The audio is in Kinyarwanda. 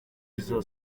izo